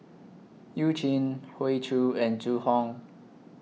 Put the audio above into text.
YOU Jin Hoey Choo and Zhu Hong